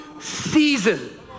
season